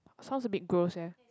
sounds abit gross eh